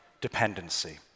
dependency